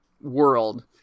world